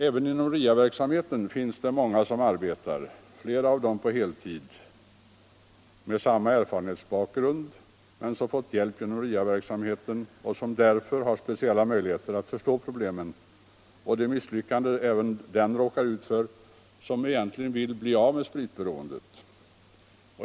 Även inom RIA-verksamheten finns många som arbetar — flera av dem på heltid — med samma erfarenhetsbakgrund, som fått hjälp genom RIA-verksamheten och som därför har speciella möjligheter att föstå problemen och de misslyckanden även den råkar ut för som egentligen vill bli av med spritberoendet.